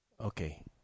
Okay